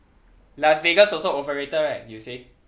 las vegas also overrated right you say